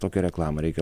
tokią reklamą reikia